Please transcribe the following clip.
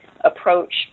approach